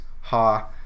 ha